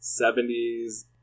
70s